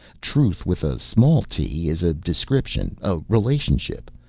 truth with a small t is a description, a relationship.